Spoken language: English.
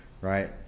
right